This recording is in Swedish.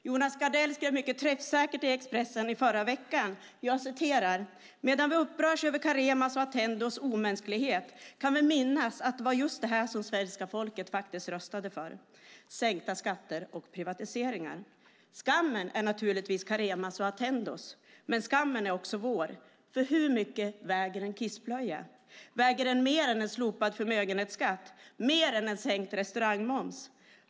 Jonas Gardell skrev mycket träffsäkert i Expressen förra veckan: "Medan vi upprörs över Caremas och Attendos omänsklighet kan vi minnas att det var just det här som svenska folket faktiskt röstade för: sänkta skatter och privatiseringar. Skammen är naturligtvis Caremas och Attendos. Men skammen är också vår. För hur mycket väger en kissblöja? Väger den mer än en slopad förmögenhetsskatt? Mer än en sänkt restaurangmoms?